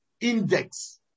index